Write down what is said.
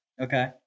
Okay